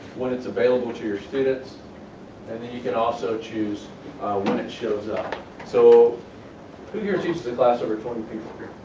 when it's available to your students and you can also choose when it shows up so who here teaches a class of over twenty people,